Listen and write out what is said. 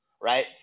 right